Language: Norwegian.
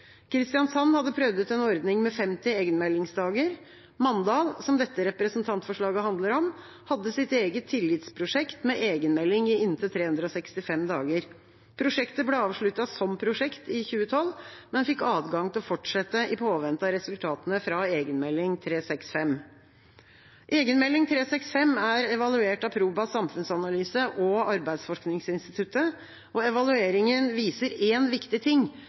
Kristiansand hadde prøvd ut en ordning med 50 egenmeldingsdager. Mandal, som dette representantforslaget handler om, hadde sitt eget tillitsprosjekt med egenmelding i inntil 365 dager. Prosjektet ble avsluttet som prosjekt i 2012, men fikk adgang til å fortsette i påvente av resultatene fra Egenmelding 365. Egenmelding 365 er evaluert av Proba samfunnsanalyse og Arbeidsforskningsinstituttet. Evalueringen viser én viktig ting,